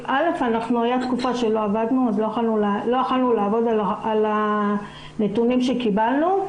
היתה תקופה שלא עבדנו אז לא יכולנו לעבוד על הנתונים שקיבלנו.